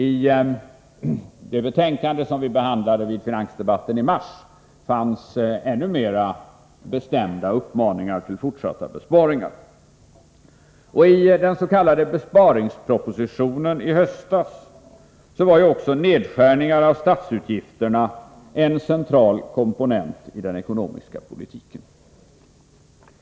I det betänkande som vi behandlade vid finansdebatten i mars fanns ännu mera bestämda uppmaningar till fortsatta besparingar. Och i den s.k. besparingspropositionen i höstas var ju också nedskärningar av statsutgifterna en central komponent i den ekonomiska politiken.